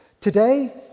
Today